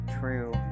true